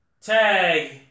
Tag